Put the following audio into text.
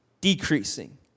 decreasing